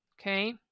Okay